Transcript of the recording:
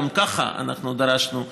גם ככה אנחנו דרשנו מהמפעל,